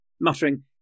muttering